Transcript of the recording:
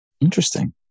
Interesting